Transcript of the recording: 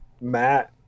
Matt